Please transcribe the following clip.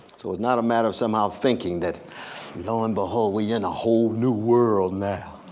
so it's not a matter of somehow thinking that lo and behold we in a whole new world now.